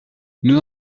nous